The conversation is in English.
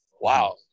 Wow